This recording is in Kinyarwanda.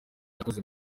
yakoze